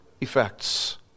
effects